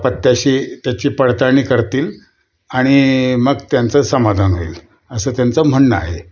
पत्त्याशी त्याची पडताळणी करतील आणि मग त्यांचं समाधान होईल असं त्यांचं म्हणणं आहे